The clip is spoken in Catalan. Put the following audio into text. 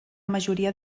majoria